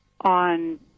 on